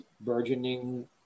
burgeoning